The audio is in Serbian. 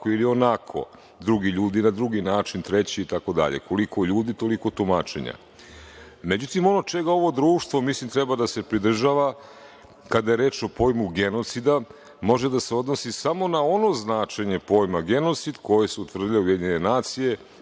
ili onako, drugi ljudi na drugi način, treći itd. Koliko ljudi, toliko tumačenja.Međutim, ono čega ovo društvo treba da se pridržava kada je reč o pojmu genocida može da se odnosi samo na ono značenje pojma genocid koje su utvrdile UN Konvencijom